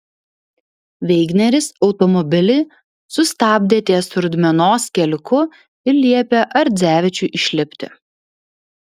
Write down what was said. veigneris automobilį sustabdė ties rudmenos keliuku ir liepė ardzevičiui išlipti